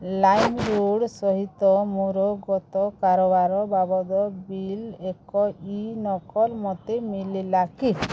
ଲାଇମ୍ରୋଡ଼୍ ସହିତ ମୋର ଗତ କାରବାର ବାବଦ ବିଲ୍ର ଏକ ଇ ନକଲ୍ ମୋତେ ମିଳିଲା କି